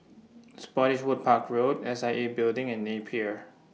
Spottiswoode Park Road S I A Building and Napier